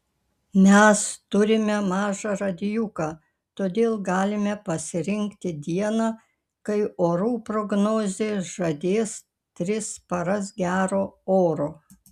mes turime mažą radijuką todėl galime pasirinkti dieną kai orų prognozė žadės tris paras gero oro